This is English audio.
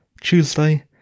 Tuesday